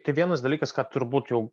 tai vienas dalykas ką turbūt jau